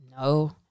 no